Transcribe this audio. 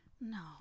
no